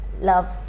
love